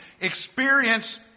experience